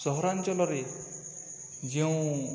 ସହରାଞ୍ଚଳରେ ଯେଉଁ